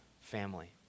family